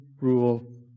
rule